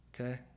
Okay